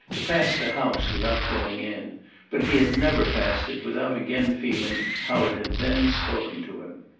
to pass the house without going in but he had never passed it without again feeling how it had then spoken to him.